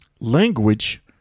language